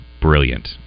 brilliant